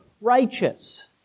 righteous